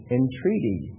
entreaty